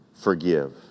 forgive